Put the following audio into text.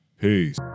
peace